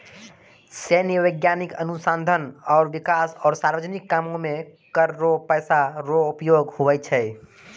सैन्य, वैज्ञानिक अनुसंधान आरो बिकास आरो सार्वजनिक कामो मे कर रो पैसा रो उपयोग हुवै छै